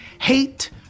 Hate